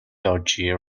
dodgy